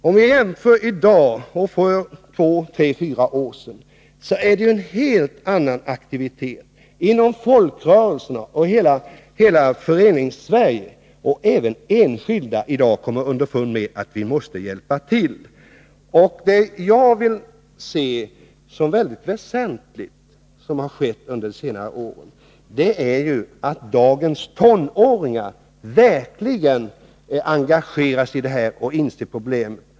Om vi jämför läget i dag med läget för tre fyra år sedan finner vi att det nu råder en helt annan aktivitet inom folkrörelserna och i hela Föreningssverige. Även enskilda har kommit underfund med att de måste hjälpa till. Jag anser att det har skett något mycket väsentligt under senare år, och det har lett till att dagens tonåringar verkligen engageras i detta och inser problemen.